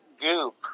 goop